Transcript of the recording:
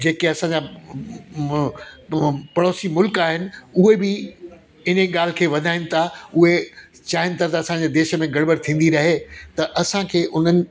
जेके असांजा पड़ोसी मुल्क आहिनि उहे बि इन ॻाल्हि खे वधाइण था उहे चवन था त असांजे देश में गड़बड़ थींदी रहे त असांखे उन्हनि